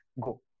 go